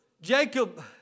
Jacob